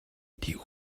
die